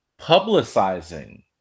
publicizing